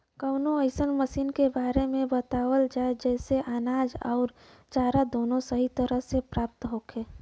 कवनो अइसन मशीन के बारे में बतावल जा जेसे अनाज अउर चारा दोनों सही तरह से प्राप्त होखे?